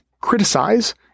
criticize